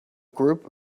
group